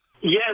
Yes